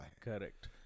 Correct